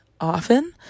often